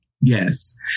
yes